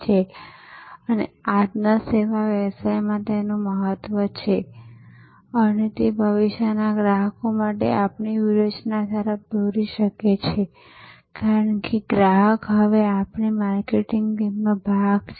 તેથી તેઓ એક સરળ પુનઃપ્રસારણ પધ્ધતિનો ઉપયોગ કરે છે ભાંડુપના ચોક્કસ વિસ્તારોમાંથી ડબ્બાને ઘરોમાંથી ઉપાડવામાં આવે છે અને રેલ્વે સ્ટેશન પર પહોંચાડવામાં આવે છે